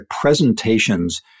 presentations